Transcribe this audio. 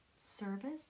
service